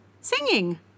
singing